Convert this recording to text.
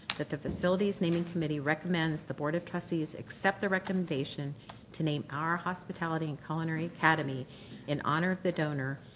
that the facilities naming committee recommends the board of trustees accept the recommendation to name our hospitality and culinary academy in honor of the donor,